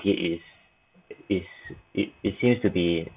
is its it it seems to be